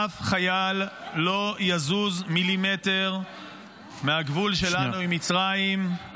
אף חייל לא יזוז מילימטר מהגבול שלנו עם מצרים,